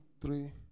three